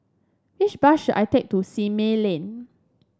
which bus should I take to Simei Lane